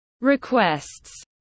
requests